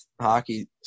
hockey